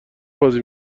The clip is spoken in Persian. بازی